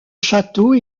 château